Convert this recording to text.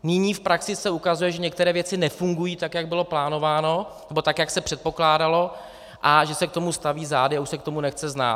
Nyní v praxi se ukazuje, že některé věci nefungují tak, jak bylo plánováno, nebo tak, jak se předpokládalo, a že se k tomu staví zády a už se k tomu nechce znát.